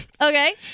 Okay